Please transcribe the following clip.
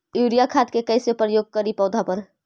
Urea खाद के कैसे प्रयोग करि पौधा पर?